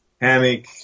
hammock